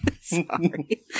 sorry